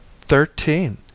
Thirteen